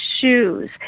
shoes